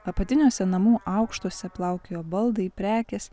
apatiniuose namų aukštuose plaukiojo baldai prekės